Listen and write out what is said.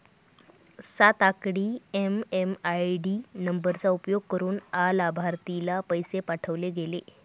सात आकडी एम.एम.आय.डी नंबरचा उपयोग करुन अलाभार्थीला पैसे पाठवले गेले